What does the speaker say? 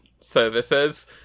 Services